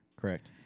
Correct